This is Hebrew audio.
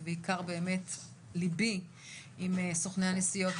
ובעיקר באמת ליבי עם סוכני הנסיעות,